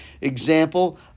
example